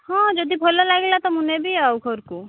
ହଁ ଯଦି ଭଲ ଲାଗିଲା ତ ମୁଁ ନେବି ଆଉ ଘର କୁ